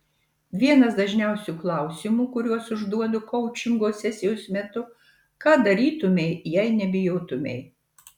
vienas dažniausių klausimų kuriuos užduodu koučingo sesijos metu ką darytumei jei nebijotumei